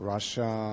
Russia